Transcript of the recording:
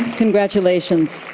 congratulations.